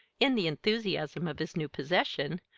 in the enthusiasm of his new possession,